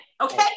Okay